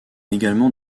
également